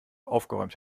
aufgeräumt